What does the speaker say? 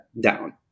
down